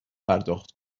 پرداخت